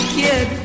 kid